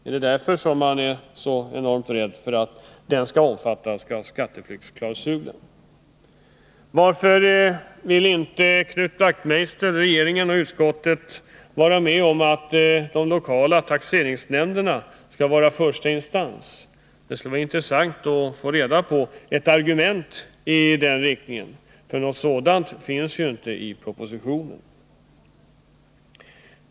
Är det därför som man är så enormt rädd för att den skall omfattas av skatteflyktsklausulen? Varför vill inte Knut Wachtmeister, regeringen och utskottet vara med om att de lokala taxeringsnämnderna skall vara första instans när det gäller tillämpningen av lagen? Det skulle vara intressant att få höra ett argument för er inställning — något sådant anförs ju inte i propositionen.